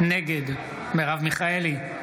נגד מרב מיכאלי,